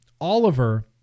Oliver